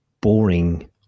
boring